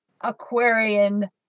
Aquarian